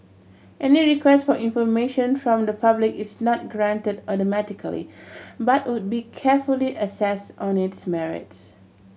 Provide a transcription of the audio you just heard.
any request for information from the public is not granted automatically but would be carefully assessed on its merits